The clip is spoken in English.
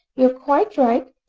you are quite right,